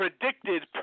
predicted